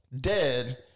dead